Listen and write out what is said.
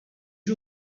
you